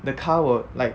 the car will like